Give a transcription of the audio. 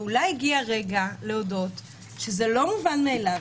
ואולי הגיע הרגע להודות שזה לא מובן מאליו.